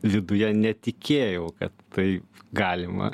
viduje netikėjau kad tai galima